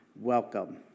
welcome